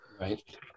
Right